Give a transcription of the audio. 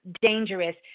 dangerous